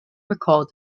recalled